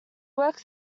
worked